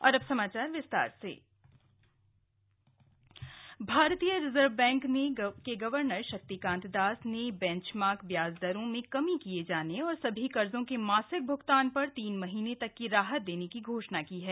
RBI भारतीय reserve bank के governor Shaktikanta Das ने बेंचमार्क ब्याज दरों में कमी किए जाने और सभी कर्जों के मासिक भ्गतान पर तीन महीने तक की राहत देने की घोषणा की है